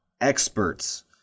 experts